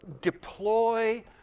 deploy